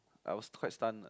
I was quite stunned nah